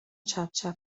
چپچپ